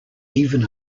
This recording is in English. even